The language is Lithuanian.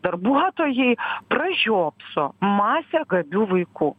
darbuotojai pražiopso masę gabių vaikų